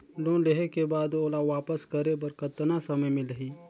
Loan लेहे के बाद ओला वापस करे बर कतना समय मिलही?